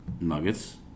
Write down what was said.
Nuggets